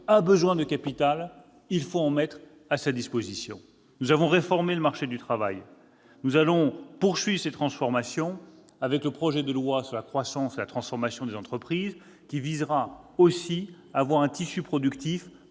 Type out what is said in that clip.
besoin de capitaux ; il faut en mettre à leur disposition. Nous avons aussi réformé le marché du travail. Nous allons poursuivre ces transformations au travers du projet de loi sur la croissance et la transformation des entreprises, qui vise à rendre notre tissu productif